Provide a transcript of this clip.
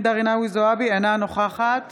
זועבי, אינה נוכחת